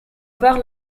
par